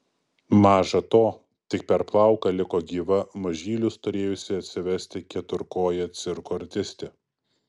maža to tik per plauką liko gyva mažylius turėjusi atsivesti keturkojė cirko artistė